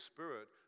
Spirit